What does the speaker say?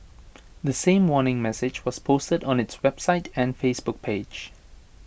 the same warning message was posted on its website and Facebook page